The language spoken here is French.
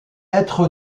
être